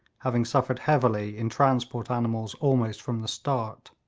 having suffered heavily in transport animals almost from the start.